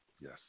Yes